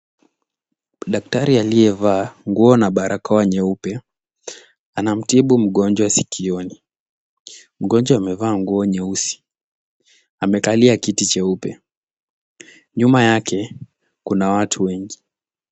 Daktari aliyevaa nguo na barakoa nyeupe anamtibu mgonjwa sikioni. Mgonjwa amevaa nguo nyeusi amekalia kiti cheupe, nyuma yake kuna watu wengi.